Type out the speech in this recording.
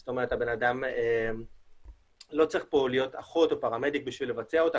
לא צריך להיות אחות או פראמדיק כדי לבצע אותה,